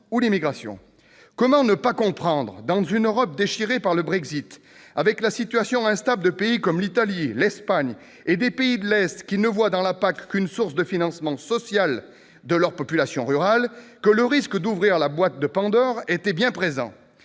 Comment n'avoir pas compris que, dans une Europe déchirée par le Brexit, avec la situation instable de pays comme l'Italie ou l'Espagne et des pays de l'Est qui ne voient dans la PAC qu'une source de financement social de leurs populations rurales, le risque d'ouvrir la boîte de Pandore était réel ?